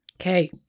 Okay